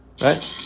Right